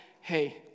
hey